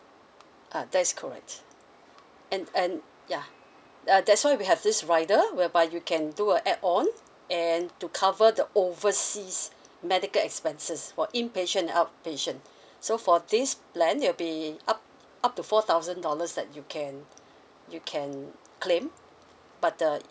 uh that is correct and and ya uh that's why we have this rider whereby you can do a add on and to cover the overseas medical expenses for inpatient and outpatient so for this plan it'll be up up to four thousand dollars that you can you can claim but the